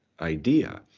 idea